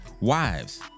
Wives